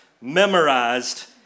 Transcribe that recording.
memorized